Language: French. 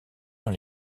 dans